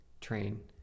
train